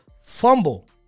fumble